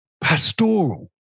Pastoral